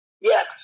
Yes